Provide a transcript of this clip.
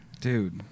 dude